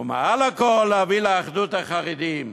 ומעל הכול, להביא לאחדות החרדים,